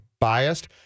biased